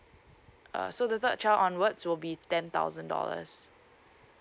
uh so the third child onwards will be ten thousand dollars